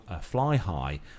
fly-high